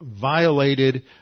violated